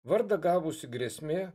vardą gavusi grėsmė